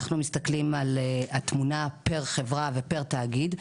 אנחנו מסתכלים על התמונה לכל חברה וחברה ולכל תאגיד ותאגיד,